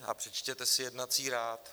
A přečtěte si jednací řád.